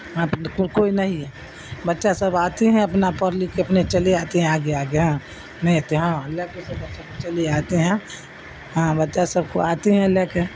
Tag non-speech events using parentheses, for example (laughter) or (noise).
(unintelligible) کوئی نہیں ہے بچہ سب آتی ہیں اپنا پڑھ لکھ کے اپنے چلے آتے ہیں آگے آگے ہاں نہیں تو ہاں لے کے تو بچہ کو چلے آتے ہیں ہاں بچہ سب کو آتی ہیں لے کے